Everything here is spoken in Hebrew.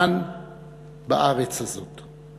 כאן בארץ הזאת.